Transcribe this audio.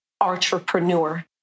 entrepreneur